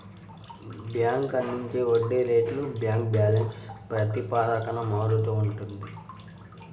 bank అందించే వడ్డీ రేట్లు బ్యాంక్ బ్యాలెన్స్ ప్రాతిపదికన మారుతూ ఉంటాయి